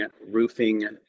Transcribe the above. roofing